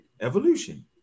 evolution